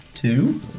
Two